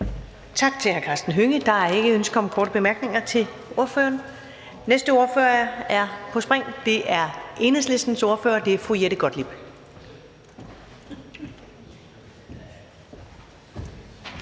Tak til hr. Karsten Hønge. Der er ikke ønske om korte bemærkninger til ordføreren. Næste ordfører er på spring, og det er Enhedslistens ordfører, fru Jette Gottlieb.